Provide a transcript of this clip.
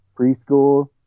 preschool